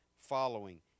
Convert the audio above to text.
following